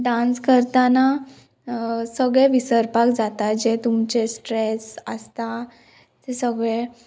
dance करतना सगळे विसरपाक जाता जे तुमचे स्ट्रेस आसता तें सगळे